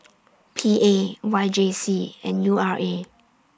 P A Y J C and U R A